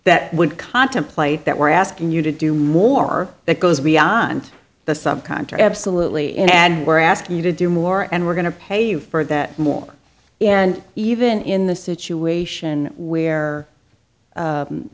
that would contemplate that we're asking you to do more that goes beyond the sum contract salut lee and we're asking you to do more and we're going to pay you for that more and even in the situation where